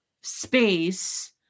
space